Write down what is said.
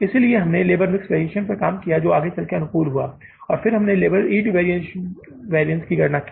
इसलिए हमने इस लेबर मिक्स वेरिएशन पर काम किया जो आगे चलकर अनुकूल हुआ और फिर हमने लेबर यील्ड वेरिएंट की गणना की